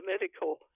medical